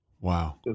Wow